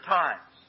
times